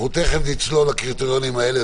אנחנו תיכף נצלול לקריטריונים האלה.